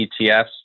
ETFs